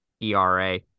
ERA